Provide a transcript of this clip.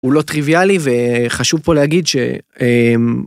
הוא לא טריוויאלי וחשוב פה להגיד ש. הם..